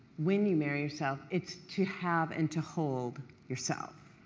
when you marry yourself, it's to have and to hold yourself.